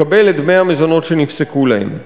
לקבל את דמי המזונות שנפסקו להם.